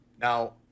Now